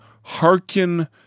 Hearken